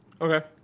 Okay